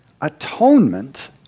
Atonement